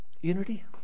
Unity